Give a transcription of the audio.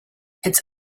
its